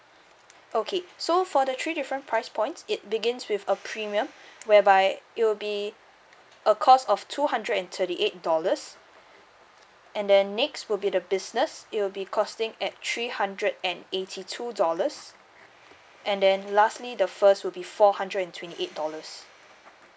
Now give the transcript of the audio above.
okay so for the three different price points it begins with a premium whereby it will be a cost of two hundred and thirty eight dollars and then next would be the business it'll be costing at three hundred and eighty two dollars and then lastly the first will be four hundred and twenty eight dollars